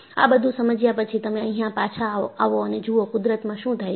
આ બધું સમજ્યા પછી તમે અહિયાં પાછા આવો અને જુઓ કુદરતમાં શું થાય છે